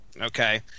Okay